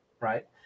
right